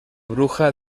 bruja